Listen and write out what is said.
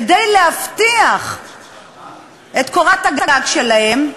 כדי להבטיח את קורת הגג שלהם,